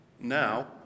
Now